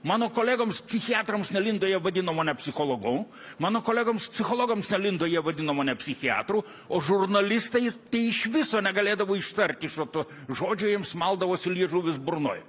mano kolegoms psichiatrams nelindo jie vadino mane psichologu mano kolegoms psichologams nelindo jie vadino mane psichiatru o žurnalistai tai iš viso negalėdavo ištarti šito žodžio jiems maldavosi liežuvis burnoj